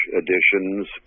editions